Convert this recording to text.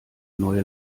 neue